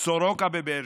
סורוקה בבאר שבע,